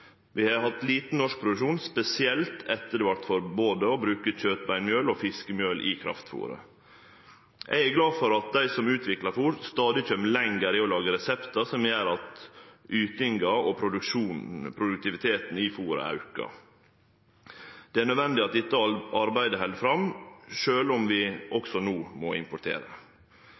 Vi har hatt lite norsk produksjon, spesielt etter at det vart forbode å bruke kjøtbeinmjøl og fiskemjøl i kraftfôret. Eg er glad for at dei som utviklar fôr, stadig kjem lenger i å lage reseptar som gjer at ytinga og produktiviteten i fôret aukar. Det er nødvendig at dette arbeidet held fram, sjølv om vi også no må importere.